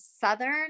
southern